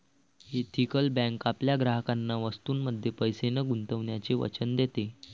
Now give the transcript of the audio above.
ethical bank आपल्या ग्राहकांना वस्तूंमध्ये पैसे न गुंतवण्याचे वचन देते